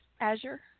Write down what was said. Azure